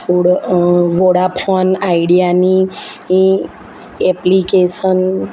થોડો વોડાફોન આઈડિયાની એપ્લિકેસન